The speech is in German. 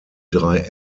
drei